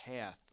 path